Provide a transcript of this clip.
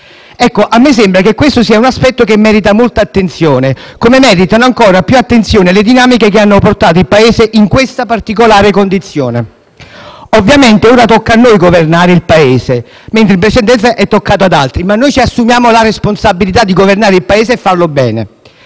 A me sembra che questo sia un aspetto che merita molta attenzione, come meritano ancora più attenzione le dinamiche che hanno portato il Paese in questa particolare condizione. Ovviamente ora tocca a noi governare il Paese, mentre in precedenza è toccato ad altri. Noi, però, ci assumiamo la responsabilità di governare il Paese e di farlo bene.